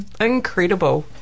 Incredible